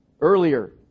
earlier